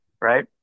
Right